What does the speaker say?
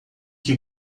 que